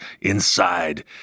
inside